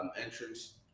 Entrance